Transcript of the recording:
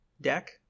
deck